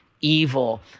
evil